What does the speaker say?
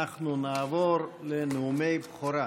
אנחנו נעבור לנאומי בכורה.